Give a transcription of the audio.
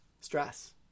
stress